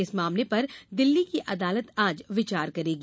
इस मामले पर दिल्ली की अदालत आज विचार करेगी